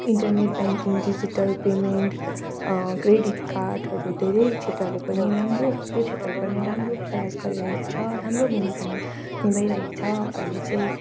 internet banking digital payment credit कार्डहरू धेरै क्षेत्रले पनि राम्रो यो क्षेत्रले पनि राम्रो प्रयास गरिरहेको छ राम्रो भूमिका निभाइरहेको छ अहिले चाहिँ